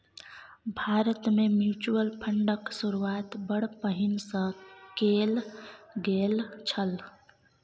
भारतमे म्यूचुअल फंडक शुरूआत बड़ पहिने सँ कैल गेल छल